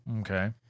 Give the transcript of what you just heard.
Okay